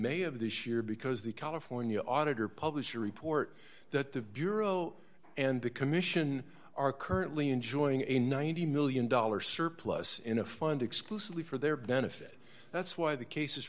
may of this year because the california auditor published a report that the bureau and the commission are currently enjoying a ninety million dollars surplus in a fund exclusively for their benefit that's why the cases